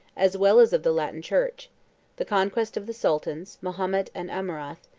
as well as of the latin church the conquest of the sultans, mahomet and amurath,